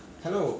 yes